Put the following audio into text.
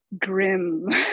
grim